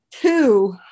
two